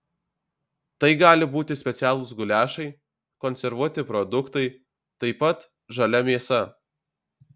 tai gali būti specialūs guliašai konservuoti produktai taip pat žalia mėsa